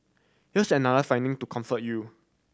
here's another finding to comfort you